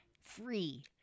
free